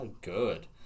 good